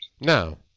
No